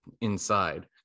inside